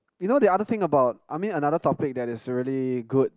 you know the other thing about I mean another topic that is really good